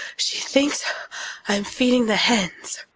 she thinks i'm feeding the hens.